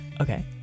Okay